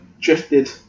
drifted